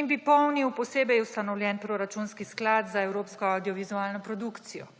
in bi polnil posebej ustanovljen proračunski sklad za evropsko avdiovizualno produkcijo.